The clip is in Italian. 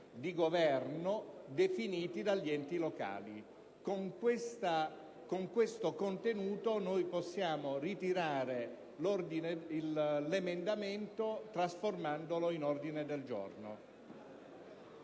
di governo, definiti dagli enti locali. Con questo contenuto noi possiamo ritirare gli emendamenti trasformandoli in ordine del giorno.